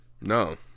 No